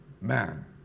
man